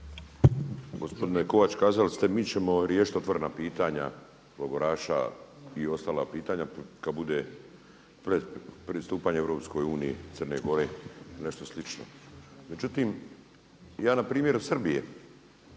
Gospodine Kovač, kazali ste mi ćemo riješiti otvorena pitanja logoraša i ostala pitanja kada bude pristupanje Europskoj uniji Crne Gore ili nešto slično. Međutim, ja na primjeru Srbije